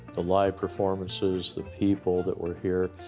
the live performances, the people that were here,